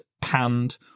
panned